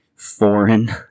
foreign